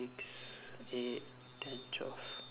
eight ten twelve